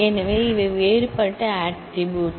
எனவே இவை வேறுபட்ட ஆட்ரிபூட்ஸ்